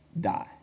die